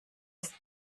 ist